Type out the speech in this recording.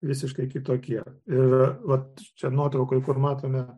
visiškai kitokie ir vat čia nuotraukoj kur matome